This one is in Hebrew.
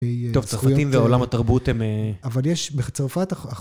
טוב צרפתים ועולם התרבות הם...